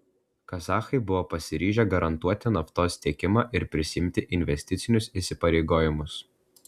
kazachai buvo pasiryžę garantuoti naftos tiekimą ir prisiimti investicinius įsipareigojimus